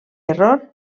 error